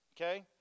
okay